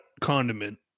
condiment